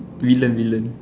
villain villain